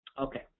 Okay